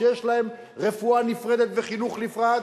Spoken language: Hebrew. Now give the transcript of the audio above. שיש להן רפואה נפרדת וחינוך נפרד,